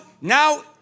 now